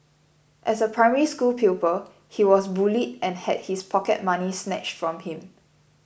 as a Primary School pupil he was bullied and had his pocket money snatched from him